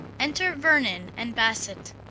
enter vernon and bassit.